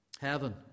heaven